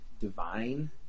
divine